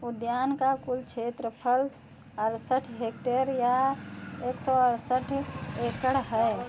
उद्यान का कुल क्षेत्रफल अड़सठ हेक्टेयर या एक सौ अड़सठ एकड़ है